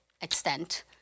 extent